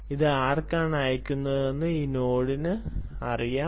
ഇത് ആർക്കാണ് അയയ്ക്കുന്നതെന്ന് ഈ നോഡിന് അറിയാം